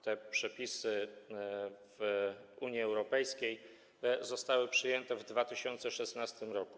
Te przepisy w Unii Europejskiej zostały przyjęte w 2016 r.